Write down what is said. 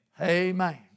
Amen